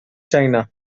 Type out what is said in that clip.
china